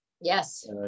Yes